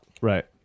Right